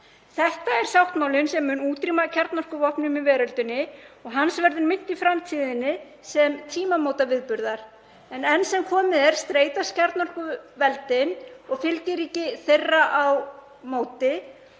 Þetta er sáttmálinn sem mun útrýma kjarnorkuvopnum í veröldinni og hans verður minnst í framtíðinni sem tímamótaviðburðar. En enn sem komið er streitast kjarnorkuveldin og fylgiríki þeirra á móti.